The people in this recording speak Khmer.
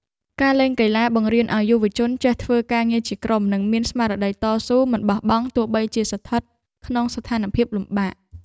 ការលេងកីឡាបង្រៀនឱ្យយុវជនចេះធ្វើការងារជាក្រុមនិងមានស្មារតីតស៊ូមិនបោះបង់ទោះបីជាស្ថិតក្នុងស្ថានភាពលំបាក។